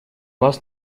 вас